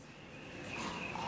התשע"א 2011,